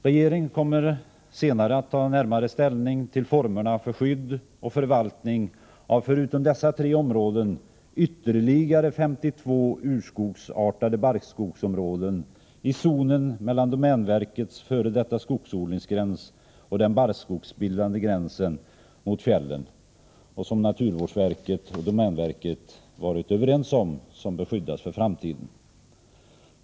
Regeringen kommer senare att ta närmare ställning till formerna för skydd och förvaltning av förutom dessa tre områden ytterligare 52 urskogsartade barrskogsområden i zonen mellan domänverkets f. d. skogsodlingsgräns och den barrskogsbildande gränsen mot fjällen som naturvårdsverket och domänverket varit överens om bör skyddas för framtiden.